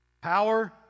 Power